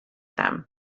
them